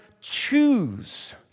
choose